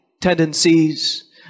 tendencies